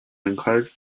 encourage